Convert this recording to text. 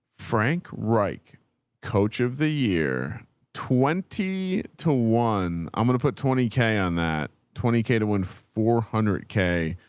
frank reich coach of the year twenty to one, i'm going to put twenty k on that twenty k to one, four hundred k.